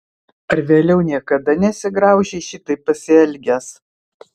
ar vėliau niekada nesigraužei šitaip pasielgęs